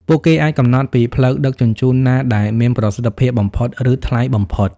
ពួកគេអាចកំណត់ពីផ្លូវដឹកជញ្ជូនណាដែលមានប្រសិទ្ធភាពបំផុត ឬថ្លៃបំផុត។